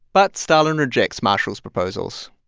but stalin rejects marshall's proposals.